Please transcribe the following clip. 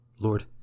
Lord